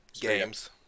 games